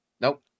Nope